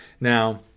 Now